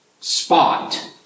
spot